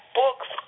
books